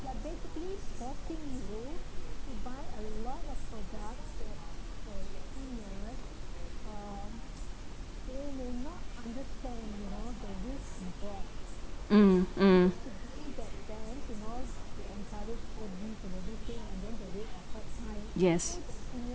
mm mm yes